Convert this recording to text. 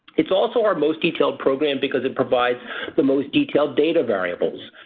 it's also our most detailed program because it provides the most detailed data variables.